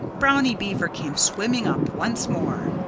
brownie beaver came swimming up once more.